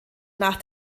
nach